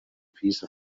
piece